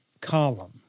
column